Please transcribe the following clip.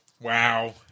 Wow